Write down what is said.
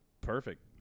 Perfect